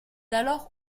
alors